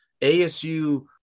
ASU